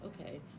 okay